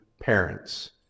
parents